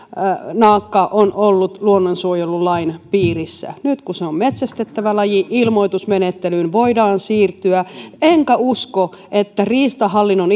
naakka on ollut luonnonsuojelulain piirissä nyt kun se on metsästettävä laji ilmoitusmenettelyyn voidaan siirtyä enkä usko että riistahallinnon